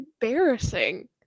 embarrassing